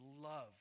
love